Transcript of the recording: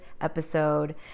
episode